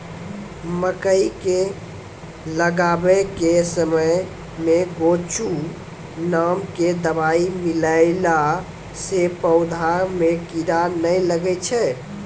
मकई के लगाबै के समय मे गोचु नाम के दवाई मिलैला से पौधा मे कीड़ा नैय लागै छै?